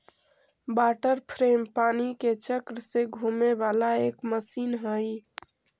water frame पानी के चक्र से घूमे वाला एक मशीन हई